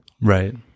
right